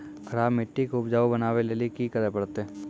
खराब मिट्टी के उपजाऊ बनावे लेली की करे परतै?